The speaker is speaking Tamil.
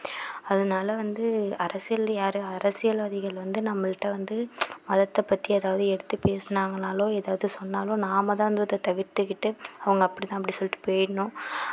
அதனால வந்து அரசியலில் யார் அரசியல்வாதிகள் வந்து நம்மகிட்ட வந்து மதத்தை பற்றி ஏதாவது எடுத்து பேசினாங்கனாலோ ஏதாவது சொன்னாலோ நாம் தான் வந்து தவிர்த்துக்கிட்டு அவங்க அப்படி தான் அப்படி சொல்லிவிட்டு போயிடணும்